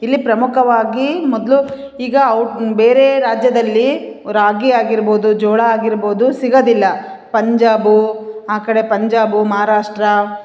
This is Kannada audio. ಇಲ್ಲಿ ಪ್ರಮುಖವಾಗಿ ಮೊದಲು ಈಗ ಔ ಬೇರೆ ರಾಜ್ಯದಲ್ಲಿ ರಾಗಿ ಆಗಿರ್ಬೋದು ಜೋಳ ಆಗಿರ್ಬೋದು ಸಿಗೋದಿಲ್ಲ ಪಂಜಾಬು ಆ ಕಡೆ ಪಂಜಾಬು ಮಹಾರಾಷ್ಟ್ರಾ